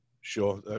Sure